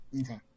Okay